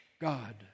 God